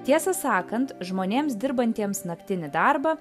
tiesą sakant žmonėms dirbantiems naktinį darbą